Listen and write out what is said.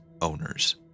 owners